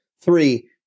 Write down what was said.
Three